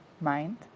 Mind